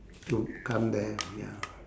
to come there ya